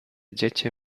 dziecię